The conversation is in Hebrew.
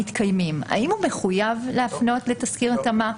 האם הוא מחויב להפנות לתסקיר התאמה?